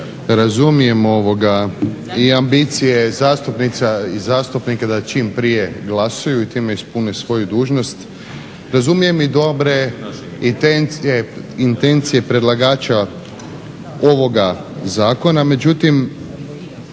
Razumijem, ovoga i ambicije zastupnica i zastupnika da čim prije glasuju i time ispune svoje dužnost, razumijem i dobre intencije predlagača ovoga zakona, međutim